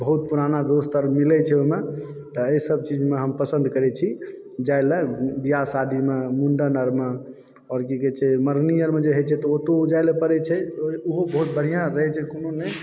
अपन बहुत पुराना आर दोस्तसभ मिलैत छै तऽ ईसभ चीजमे हम पसन्द करैत छी जाइलऽ बिआह शादीमे मुण्डन अरमे आओर मरनी आरमे होयत छै तऽ ओतय जाइलऽ पड़ैत छै ओहो बहुत बढ़िआँ रहैत छै